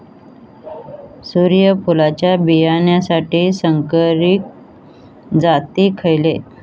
सूर्यफुलाच्या बियानासाठी संकरित जाती खयले?